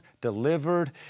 delivered